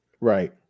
Right